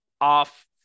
off